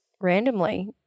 randomly